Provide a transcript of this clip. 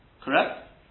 Correct